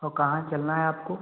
तो कहाँ चलना है आपको